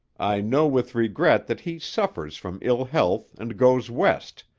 i know with regret that he suffers from ill-health and goes west,